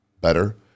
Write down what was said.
better